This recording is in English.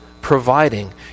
providing